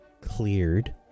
cleared